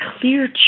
clear